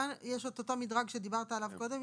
כאן יש אותו מדרג שדיברת עליו קודם,